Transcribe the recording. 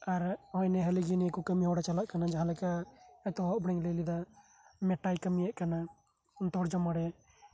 ᱟᱨ ᱱᱮ ᱦᱟᱹᱞᱤ ᱡᱮ ᱠᱚ ᱠᱟᱹᱢᱤ ᱦᱚᱨᱟ ᱪᱟᱞᱟᱜ ᱠᱟᱱᱟ ᱡᱟᱦᱟᱸᱞᱮᱠᱟ ᱮᱛᱚᱦᱚᱵ ᱨᱤᱧ ᱞᱟᱹᱭ ᱞᱮᱫᱟ ᱢᱮᱴᱟᱭ ᱠᱟᱹᱢᱤᱭᱮᱫ ᱠᱟᱱᱟ ᱛᱚᱨᱡᱚᱢᱟ ᱨᱮ